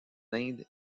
inde